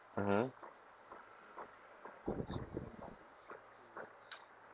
mmhmm